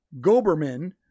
Goberman